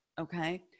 okay